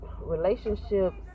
relationships